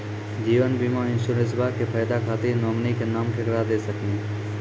जीवन बीमा इंश्योरेंसबा के फायदा खातिर नोमिनी के नाम केकरा दे सकिनी?